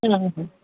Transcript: ହଁ ହଁ